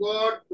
God